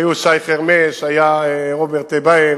היו שי חרמש, היה רוברט טיבייב.